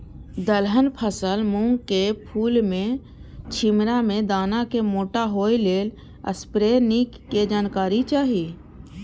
दलहन फसल मूँग के फुल में छिमरा में दाना के मोटा होय लेल स्प्रै निक के जानकारी चाही?